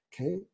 okay